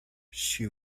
she